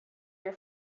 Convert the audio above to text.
your